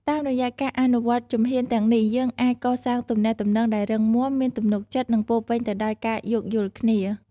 តាមរយៈការអនុវត្តជំហានទាំងនេះ យើងអាចកសាងទំនាក់ទំនងដែលរឹងមាំ មានទំនុកចិត្ត និងពោរពេញទៅដោយការយោគយល់គ្នា។